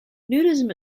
nudism